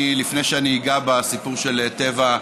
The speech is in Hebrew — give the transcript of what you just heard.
לפני שאני אגע בסיפור של טבע,